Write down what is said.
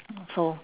so